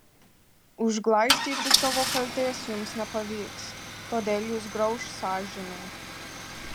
užglaistyti savo kaltės jums nepavyks todėl jus grauš sąžinė